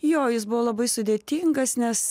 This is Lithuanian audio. jo jis buvo labai sudėtingas nes